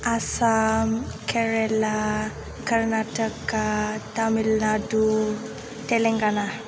Assam Kerala Karnataka Tamil Nadu Telangana